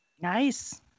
Nice